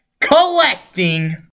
collecting